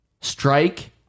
Strike